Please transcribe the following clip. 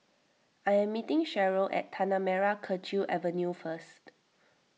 I am meeting Sheryll at Tanah Merah Kechil Avenue First